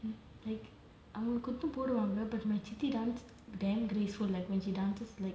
and like அவ குத்து போடுவாங்க:ava kuthu poduvaanga my kitty dance damn graceful like when she dances like